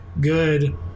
good